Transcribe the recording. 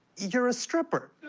you're a stripper.